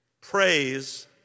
Praise